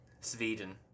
Sweden